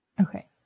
Okay